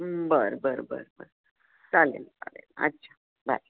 बरं बरं बरं बरं चालेल चालेल अच्छा बाय